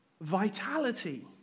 vitality